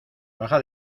baja